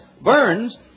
burns